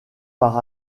par